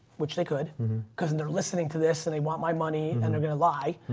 which they could because and they're listening to this and they want my money and they're going to lie.